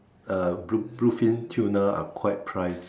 uh blue blue fin tuna are quite price